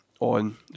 On